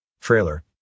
Trailer